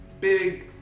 big